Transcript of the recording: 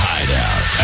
Hideout